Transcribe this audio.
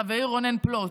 חברי רונן פלוט.